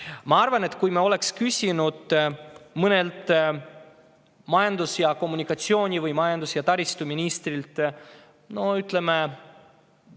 Ma arvan, et kui me oleks küsinud mõnelt majandus‑ ja kommunikatsiooni‑ või majandus‑ ja taristuministrilt, ütleme,